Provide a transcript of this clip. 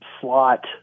slot